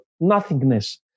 nothingness